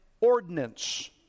ordinance